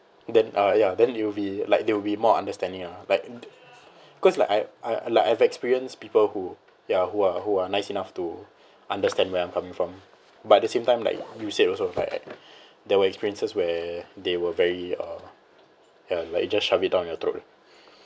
then uh ya then they will be like they will be more understanding ah like cause like I I like I've experienced people who ya who are who are nice enough to understand where I'm coming from but at the same time like you said also like there were experiences where they were very uh ya like just shove it down your throat